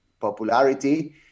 popularity